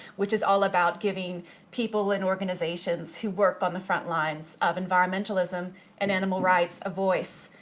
which is all about giving people in organizations who work on the front lines of environmentalism and animal rights a voice.